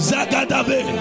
Zagadabe